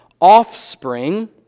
offspring